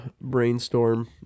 Brainstorm